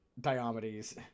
Diomedes